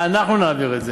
אנחנו נעביר.